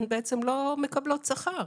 הן בעצם לא מקבלות שכר.